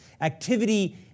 activity